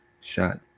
shot